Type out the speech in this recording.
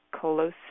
close